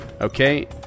Okay